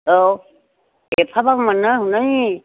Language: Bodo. औ एफाबां मोनो हनै